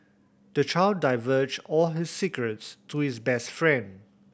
the child divulged all his secrets to his best friend